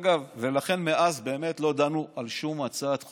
לכן מאז באמת לא דנו בשום הצעת חוק,